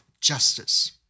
justice